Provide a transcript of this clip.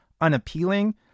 unappealing